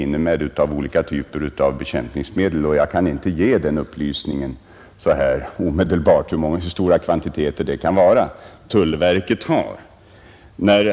Jag kan inte så här omedelbart ge någon uppgift om hur stora kvantiteter som tullverket kan ha.